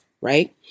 Right